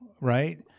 right